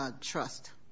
trust